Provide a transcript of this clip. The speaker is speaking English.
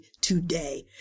today